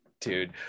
Dude